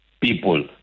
people